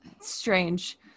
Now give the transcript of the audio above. strange